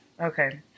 Okay